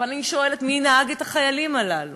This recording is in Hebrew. ואני שואלת: מי נהג את החיילים הללו?